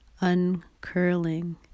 uncurling